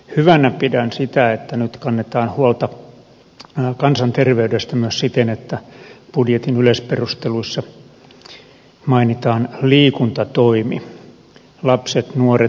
hyvänä pidän sitä että nyt kannetaan huolta kansanterveydestä myös siten että budjetin yleisperusteluissa mainitaan liikuntatoimi lapset nuoret